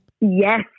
yes